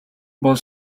бол